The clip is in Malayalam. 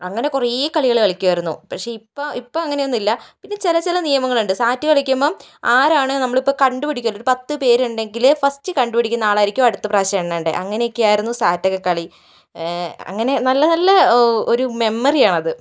അങ്ങനെ കുറെ കളികൾ കളിക്കുമായിരുന്നു പക്ഷേ ഇപ്പോൾ ഇപ്പോൾ അങ്ങനെയൊന്നുമില്ല പിന്നെ ചില ചില നിയമങ്ങളുണ്ട് സാറ്റ് കളിക്കുമ്പോൾ ആരാണ് നമ്മളിപ്പോൾ കണ്ടുപിടിക്കുമല്ലോ ഒരു പത്ത് പേരുണ്ടെങ്കിൽ ഫസ്റ്റ് കണ്ടുപിടിക്കുന്ന ആളായിരിക്കും അടുത്ത പ്രാവശ്യം എണ്ണേണ്ടത് അങ്ങനെ ഒക്കെയായിരുന്നു സാറ്റൊക്കെ കളി അങ്ങനെ നല്ല നല്ല ഒരു മെമ്മറിയാണത്